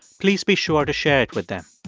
please be sure to share it with them.